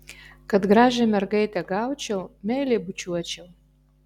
kad gražią mergaitę gaučiau meiliai bučiuočiau